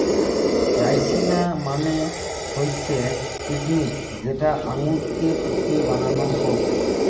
রাইসিনা মানে হৈসে কিছমিছ যেটা আঙুরকে শুকিয়ে বানানো হউক